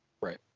Right